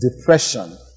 depression